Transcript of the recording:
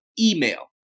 email